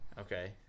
Okay